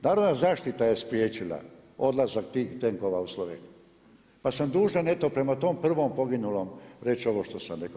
Narodna zaštita je spriječila odlazak tih tenkova u Sloveniju pa sam dužan eto prema tom prvom poginulom reći ovo što sam rekao.